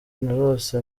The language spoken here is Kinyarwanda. narose